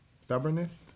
stubbornness